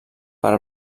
per